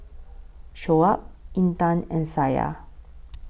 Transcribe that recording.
Shoaib Intan and Syah